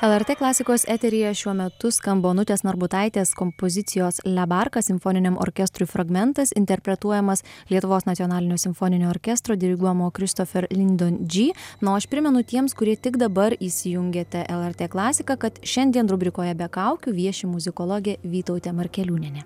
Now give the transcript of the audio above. lrt klasikos eteryje šiuo metu skamba onutės narbutaitės kompozicijos le barka simfoniniam orkestrui fragmentas interpretuojamas lietuvos nacionalinio simfoninio orkestro diriguojamo kristofer lindon džy na o aš primenu tiems kurie tik dabar įsijungėte lrt klasiką kad šiandien rubrikoje be kaukių vieši muzikologė vytautė markeliūnienė